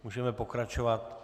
Můžeme pokračovat.